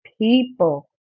people